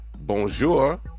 Bonjour